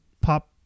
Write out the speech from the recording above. pop